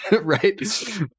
Right